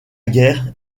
guerre